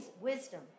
wisdom